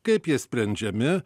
kaip jie sprendžiami